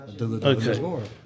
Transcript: Okay